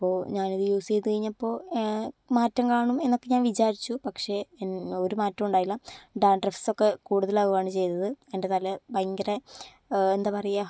അപ്പോൾ ഞാൻ ഇത് യൂസ് ചെയ്ത് കഴിഞ്ഞപ്പോൾ മാറ്റം കാണും എന്നൊക്കെ ഞാൻ വിചാരിച്ചു പക്ഷേ എൻ ഒരു മാറ്റവും ഉണ്ടായില്ല ഡാൻഡ്രഫ്സൊക്കെ കൂടുതൽ ആവുകയാണ് ചെയ്തത് എൻ്റെ തല ഭയങ്കര എന്താ പറയുക